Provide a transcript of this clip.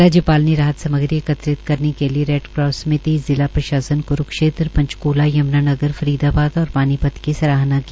राज्यपाल ने राहत सामग्री एकत्रित करने के लिए रैडक्रास समिति जिला प्रशासन क्रूक्षेत्र पंचक्ला यम्नानगर फरीदाबाद और पानीपत की सराहना की